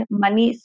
money